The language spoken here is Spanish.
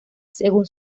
según